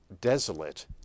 desolate